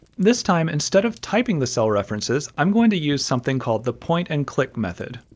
this time, instead of typing the cell references, i'm going to use something called the point and click method.